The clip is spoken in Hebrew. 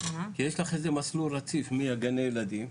כי יש לך איזשהו מסלול רציף מגני הילדים,